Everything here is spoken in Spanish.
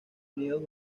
unidos